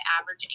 average